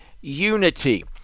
unity